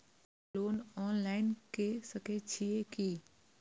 हमू loan online के सके छीये की?